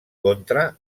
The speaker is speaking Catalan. contra